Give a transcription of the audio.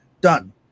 Done